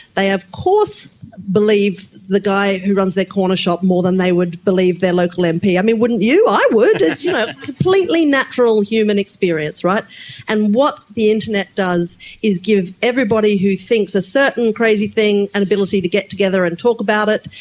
they of course believe the guy who runs their corner-shop more than they would believe their local mp. i mean, wouldn't you? i would! it's you know completely natural human experience. and what the internet does is give everybody who thinks a certain crazy thing an ability to get together and talk about it,